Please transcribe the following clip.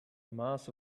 mass